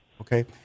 okay